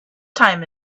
time